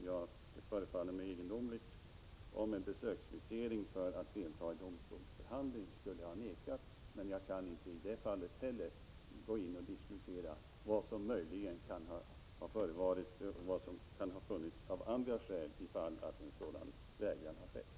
Det förefaller mig egendomligt om någon skulle ha vägrats besöksvisering för att delta i domstolsförhandling. Men inte heller i detta fall kan jag gå in på vad som möjligen kan ha förevarit och vilka skäl som kan ha funnits till att någon har förvägrats en sådan visering.